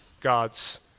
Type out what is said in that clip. God's